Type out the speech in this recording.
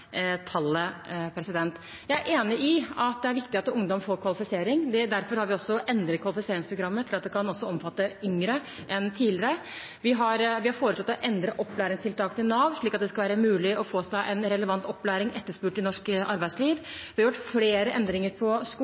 tallet. Jeg er enig i at det er viktig at ungdom får kvalifisering. Derfor har vi også endret kvalifiseringsprogrammet til at det kan omfatte yngre enn tidligere. Vi har foreslått å endre opplæringstiltaket til Nav, slik at det skal være mulig å få seg relevant opplæring som er etterspurt i norsk arbeidsliv. Vi har gjort flere endringer på